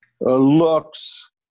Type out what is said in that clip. looks